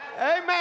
Amen